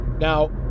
Now